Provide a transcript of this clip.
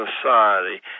society